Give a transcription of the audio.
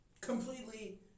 completely